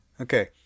Okay